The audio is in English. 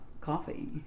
coffee